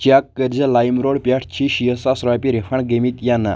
check کٔرزِ لایِم road پٮ۪ٹھ چھِ شیٖتھ ساس رۄپیہِ رِفنڈ گٔمٕتۍ یا نَہ